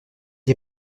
est